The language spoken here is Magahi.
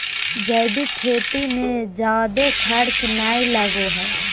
जैविक खेती मे जादे खर्च नय लगो हय